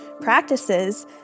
practices